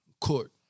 court